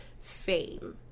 fame